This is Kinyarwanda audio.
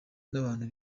n’abantu